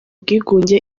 bwigunge